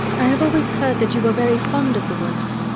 i have always heard that you were very fond of the woods.